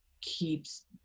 keeps